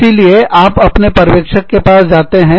इसीलिए आप अपने पर्यवेक्षक के पास जाते हैं